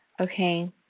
Okay